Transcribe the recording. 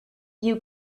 you